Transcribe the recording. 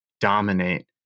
dominate